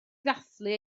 ddathlu